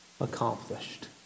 accomplished